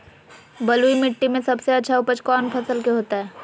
बलुई मिट्टी में सबसे अच्छा उपज कौन फसल के होतय?